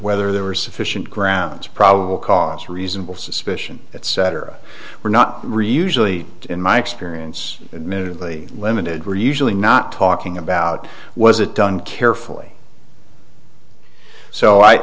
whether there were sufficient grounds probable cause reasonable suspicion etc we're not reuse really in my experience admittedly limited we're usually not talking about was it done carefully so